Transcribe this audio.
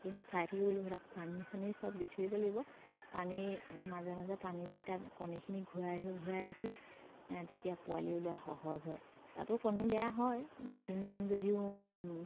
কিন্তু চাই থাকিব লাগিব তাত পানী চানী চব দি থৈ পেলাই পানী মাজে মাজে পানী দি তাত কণীখিনি ঘূৰাই ঘূৰাই থাকিলে তেতিয়া পোৱালি ওলোৱাত সহজ হয় তাতো কণী বেয়া হয় মেচিন যদিও